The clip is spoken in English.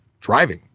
driving